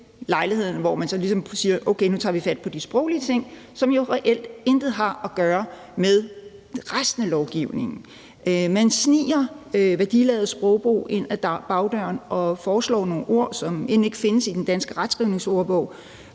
til at sige: Okay, nu tager vi fat på de sproglige ting – som jo reelt intet har at gøre med resten af lovgivningen. Man sniger værdiladet sprogbrug en ad bagdøren og foreslår nogle ord, som end ikke findes i den danske Retskrivningsordbog.